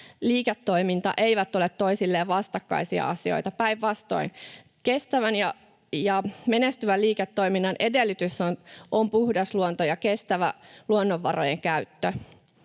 liiketoiminta eivät ole toisilleen vastakkaisia asioita — päinvastoin kestävän ja menestyvän liiketoiminnan edellytys on puhdas luonto ja kestävä luonnonvarojen käyttö.